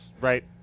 right